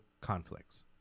conflicts